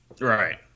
Right